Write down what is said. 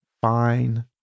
fine